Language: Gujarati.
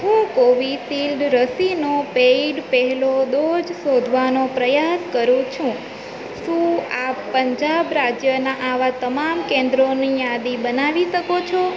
હું કોવિશીલ્ડ રસીનો પેઈડ પહેલો ડોઝ શોધવાનો પ્રયાસ કરું છુ શું આપ પંજાબ રાજ્યનાં આવાં તમામ કેન્દ્રોની યાદી બનાવી શકો છો